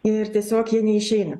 ir tiesiog jie neišeina